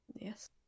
Yes